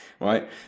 Right